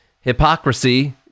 hypocrisy